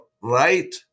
right